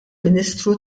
ministru